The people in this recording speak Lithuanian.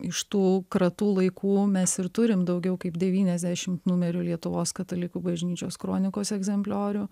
iš tų kratų laikų mes ir turim daugiau kaip devyniasdešimt numerių lietuvos katalikų bažnyčios kronikos egzempliorių